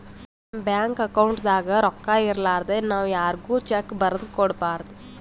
ನಮ್ ಬ್ಯಾಂಕ್ ಅಕೌಂಟ್ದಾಗ್ ರೊಕ್ಕಾ ಇರಲಾರ್ದೆ ನಾವ್ ಯಾರ್ಗು ಚೆಕ್ಕ್ ಬರದ್ ಕೊಡ್ಬಾರ್ದು